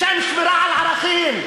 בשם שמירה על ערכים.